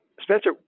Spencer